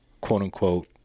quote-unquote